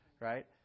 Right